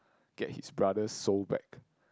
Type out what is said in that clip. get his brother's soul back